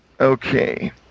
Okay